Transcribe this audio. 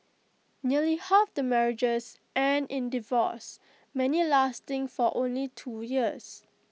nearly half the marriages end in divorce many lasting for only two years